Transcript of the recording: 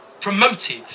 promoted